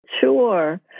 Sure